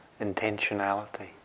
intentionality